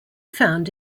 found